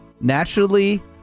naturally